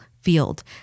field